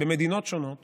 במדינות שונות